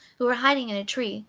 who were hiding in a tree,